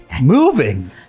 moving